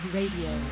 Radio